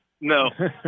No